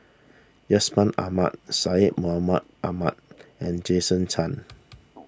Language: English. Yusman Aman Syed Mohamed Ahmed and Jason Chan